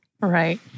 Right